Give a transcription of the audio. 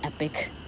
epic